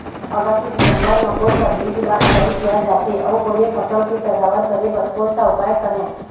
अगस्त सितंबर म कोन सा बीज ला उगाई किया जाथे, अऊ बने फसल के पैदावर करें बर कोन सा उपाय करें?